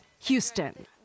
Houston